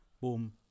boom